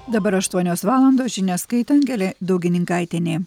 dabar aštuonios valandos žinias skaitė angelė daugininkaitienė